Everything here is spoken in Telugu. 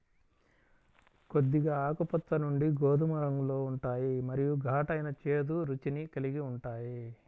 కొద్దిగా ఆకుపచ్చ నుండి గోధుమ రంగులో ఉంటాయి మరియు ఘాటైన, చేదు రుచిని కలిగి ఉంటాయి